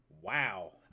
Wow